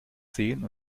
sehen